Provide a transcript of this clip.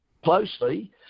closely